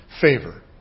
favor